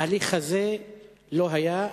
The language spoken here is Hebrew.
ההליך הזה לא היה,